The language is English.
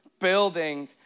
building